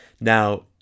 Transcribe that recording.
Now